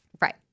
Right